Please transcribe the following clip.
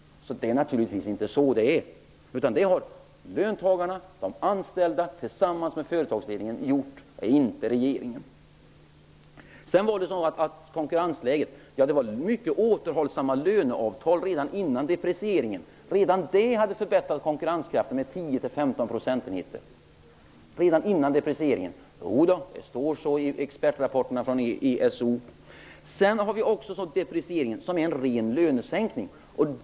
Det är naturligtvis inte så. Det är löntagarna, de anställda, som tillsammans med företagsledningen som har gjort det, och inte regeringen. Så till frågan om konkurrensläget. Det var mycket återhållsamma löneavtal redan innan deprecieringen. Redan det hade förbättrat konkurrenskraften med 10--15 procentenheter. Det står så i expertrapporterna från ESO. Sedan har vi också fått deprecieringen, som är en ren lönesänkning.